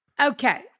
Okay